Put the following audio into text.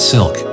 Silk